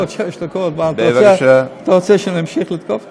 עוד שש דקות אתה רוצה שאמשיך לצעוק פה?